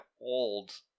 old